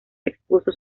expuso